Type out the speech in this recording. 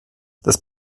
das